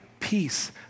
peace